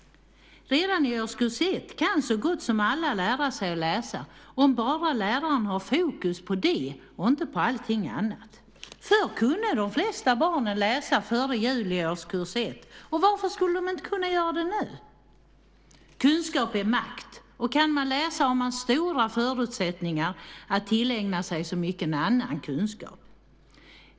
Redan i årskurs 1 kan så gott som alla lära sig läsa om bara läraren har fokus på det och inte på allt annat. Förr kunde de flesta barnen läsa före jul i årskurs 1. Varför skulle de då inte kunna göra det nu? Kunskap är makt, och kan man läsa har man goda förutsättningar att tillägna sig så mycken annan kunskap.